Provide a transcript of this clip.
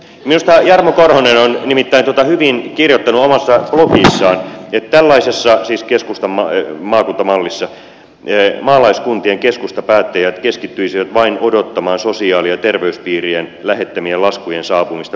minusta jarmo korhonen on nimittäin hyvin kirjoittanut omassa blogissaan että tällaisessa mallissa siis keskustan maakuntamallissa maalaiskuntien keskustapäättäjät keskittyisivät vain odottamaan sosiaali ja terveyspiirien lähettämien laskujen saapumista kotikuntiensa kunnanvirastoihin